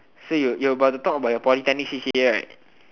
so you you're about the top of your polytechnic c_c_a right